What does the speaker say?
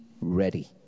ready